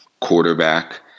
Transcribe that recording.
quarterback